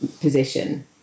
position